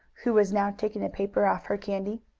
who was now taking the paper off her candy.